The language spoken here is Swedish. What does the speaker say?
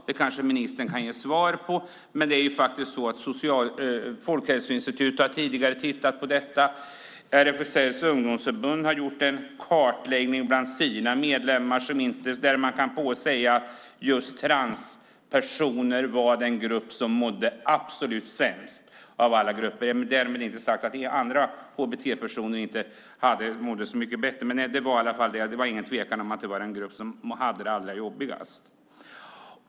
Det kanske ministern kan ge svar på. Folkhälsoinstitutet har tidigare tittat på detta. RFSL:s ungdomsförbund har gjort en kartläggning bland sina medlemmar där man kan se att transpersoner var den grupp som mådde absolut sämst av alla grupper. Därmed inte sagt att andra hbt-personer mådde så mycket bättre. Men det var ingen tvekan om att det var den grupp som hade det allra jobbigast.